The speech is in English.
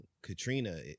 Katrina